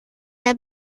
der